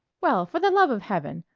well, for the love of heaven!